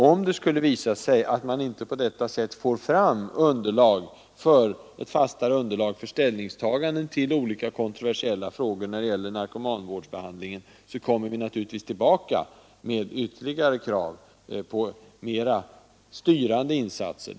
Om det skulle visa sig att man inte på detta sätt får fram ett fastare underlag för ställningstaganden till olika kontroversiella frågor när det gäller narkomanvården, kommer vi naturligtvis tillbaka med ytterligare krav på styrande insatser.